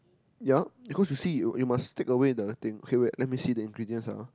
yea cause you see you you must take away the thing okay wait let me see the ingredients ah